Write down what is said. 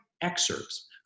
excerpts